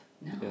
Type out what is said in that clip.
No